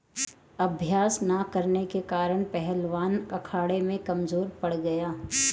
अभ्यास न करने के कारण पहलवान अखाड़े में कमजोर पड़ गया